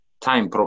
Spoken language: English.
time